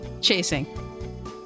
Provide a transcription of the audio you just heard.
chasing